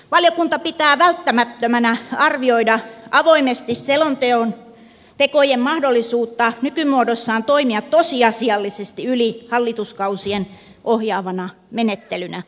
valiokunta pitää välttämättömänä arvioida avoimesti selontekojen mahdollisuutta nykymuodossaan toimia tosiasiallisesti yli hallituskausien ohjaavana menettelynä